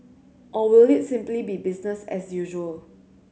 or will it simply be business as usual